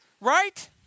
Right